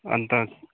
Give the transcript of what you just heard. अन्त